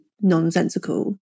nonsensical